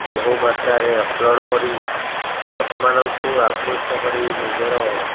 ବହୁମାତ୍ରାରେ ଅପଲୋଡ଼ କରି ଲୋକମାନଙ୍କୁ ଆକୃଷ୍ଟ କରି ନିଜର